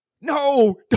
no